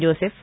Joseph